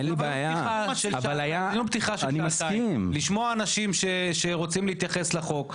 באנו לשמוע אנשים שרוצים להתייחס לחוק,